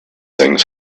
things